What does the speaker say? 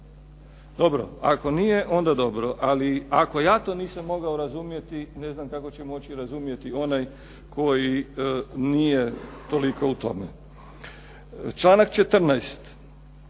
Dobro, ako nije, onda dobro, ali ako ja to nisam mogao razumjeti ne znam kako će moći razumjeti onaj koji nije toliko u tome. Članak 14.